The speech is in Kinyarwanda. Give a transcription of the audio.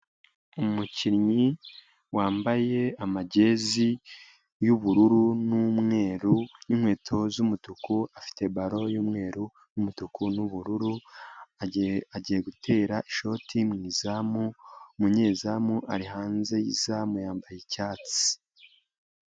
Umukinnyi wambaye amajezi y'ubururu n'umweru, n'inkweto z'umutuku, afite balo y'umweru n'umutuku n'ubururu, agiye gutera ishoti mu izamu, umunyezamu ari hanze y'izamu yambaye icyatsi.